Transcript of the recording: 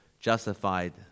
justified